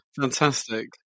Fantastic